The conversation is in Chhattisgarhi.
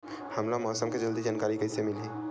हमला मौसम के जल्दी जानकारी कइसे मिलही?